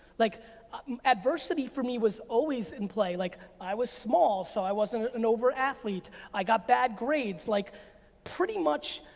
like adversity for me was always in play. like i was small, so i wasn't an overt athlete, i got bad grades. like pretty much,